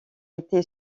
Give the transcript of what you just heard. été